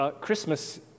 Christmas